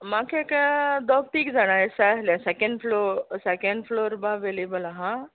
म्हाक एक दोग तीग जाणां एस जाय आसलें सॅकॅन फ्लो सॅकॅन फ्लोर बा अवेलेबल आसा